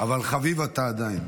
אבל חביב אתה עדיין.